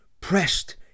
pressed